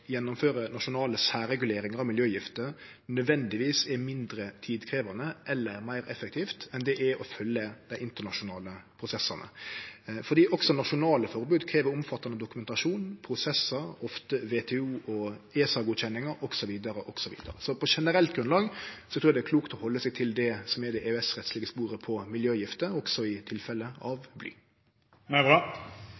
gjennomføre nasjonale særreguleringar av miljøgifter nødvendigvis er mindre tidkrevjande eller meir effektivt enn det er å følgje dei internasjonale prosessane. For også nasjonale forbod krev omfattande dokumentasjon, prosessar, ofte WTO- og ESA-godkjenningar osv. Så på generelt grunnlag trur eg det er klokt å halde seg til det som er det EØS-rettslege sporet på miljøgifter, også i tilfellet